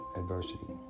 adversity